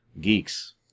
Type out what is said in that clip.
geeks